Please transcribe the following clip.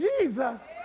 Jesus